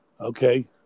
Okay